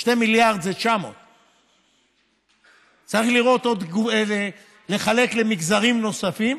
2 מיליארד זה 900. צריך לחלק למגזרים נוספים,